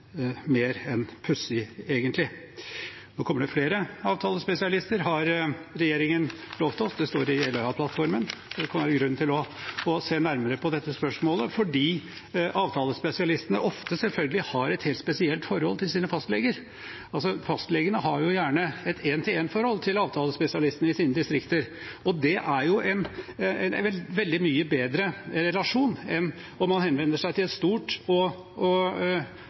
mer enn pussig, egentlig. Nå kommer det flere avtalespesialister, har regjeringen lovet oss. Det står i Jeløya-plattformen. Og det kan være grunn til å se nærmere på dette spørsmålet fordi avtalespesialistene ofte – selvfølgelig – har et helt spesielt forhold til sine fastleger. Fastlegene har gjerne et én-til-én-forhold til avtalespesialistene i sine distrikter, og det er en veldig mye bedre relasjon enn at man henvender seg til et stort og